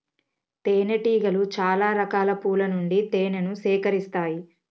తేనె టీగలు చాల రకాల పూల నుండి తేనెను సేకరిస్తాయి